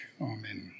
Amen